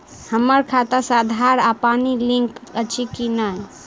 हम्मर खाता सऽ आधार आ पानि लिंक अछि की नहि?